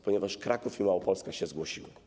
Ponieważ Kraków i Małopolska się zgłosiły.